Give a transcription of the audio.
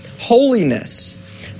holiness